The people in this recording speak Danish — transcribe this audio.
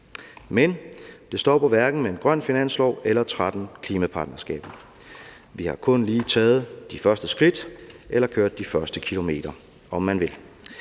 Det stopper hverken med en grøn finanslov eller 13 klimapartnerskaber. Vi har kun lige taget de første skridt eller kørt de første kilometer, om man vil.